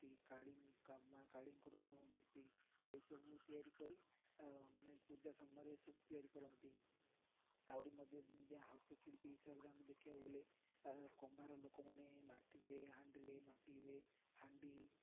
ତି କାଳୀ ମାଆ କାଳୀଙ୍କର ମୂର୍ତ୍ତି ଏସବୁ ତିଆରି କରି ମାନେ ପୂଜା ସମୟରେ ଏସବୁ ତିଆରି କରନ୍ତି ଆହୁରି ମଧ୍ୟ ଯେମିତି ହସ୍ତଶିଳ୍ପୀ ହିସାବରେ ଆମେ ଦେଖିବାକୁ ଗଲେ କୁମ୍ଭାର ଲୋକମାନେ ମାଟିରେ ହାଣ୍ଡିରେ ମାଟିରେ ହାଣ୍ଡି